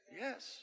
Yes